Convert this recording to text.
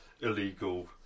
illegal